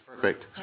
perfect